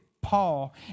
paul